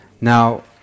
Now